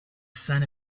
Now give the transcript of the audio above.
sun